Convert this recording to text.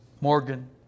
Morgan